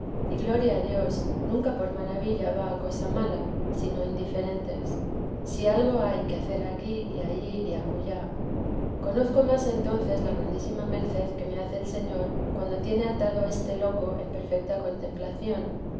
y gloria a dios nunca por maravilla va a cosa mala sino indiferente si algo hay que hacer aquí y allí y acullá conozco más entonces la grandísima merced que me hace el señor cuando tiene atado este loco en perfeta contemplación